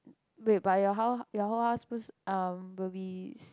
wait but your house~ your whole house bu shi~ will be